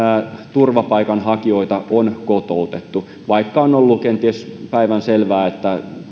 turvapaikanhakijoita on kotoutettu vaikka on ollut kenties päivänselvää että